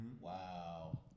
Wow